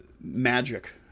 magic